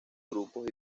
grupos